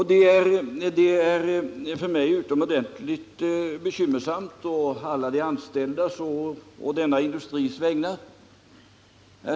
Det är för mig utomordentligt bekymmersamt å alla de anställdas och denna industris vägnar.